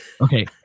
okay